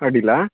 ಅಡ್ಡಿಯಿಲ್ಲ